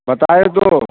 बताए तो